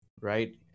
Right